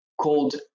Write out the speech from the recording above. called